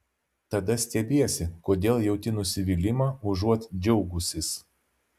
tada stebiesi kodėl jauti nusivylimą užuot džiaugusis